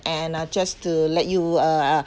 and I just to let you uh uh